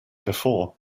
before